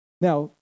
Now